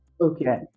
Okay